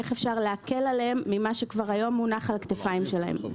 איך להקל עליהם ממה שהיום כבר מונח על הכתפיים שלהם.